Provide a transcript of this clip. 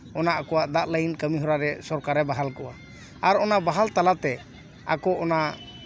ᱚᱱᱟ ᱟᱠᱚᱣᱟᱜ ᱫᱟᱜ ᱞᱟᱹᱭᱤᱱ ᱠᱟᱹᱢᱤ ᱦᱚᱨᱟ ᱨᱮ ᱥᱚᱨᱠᱟᱨᱮ ᱵᱟᱦᱟᱞ ᱠᱚᱣᱟ ᱟᱨ ᱚᱱᱟ ᱵᱟᱦᱟᱞ ᱛᱟᱞᱟᱛᱮ ᱟᱠᱚ ᱚᱱᱟ